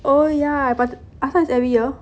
oh yeah but I thought is every year